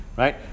Right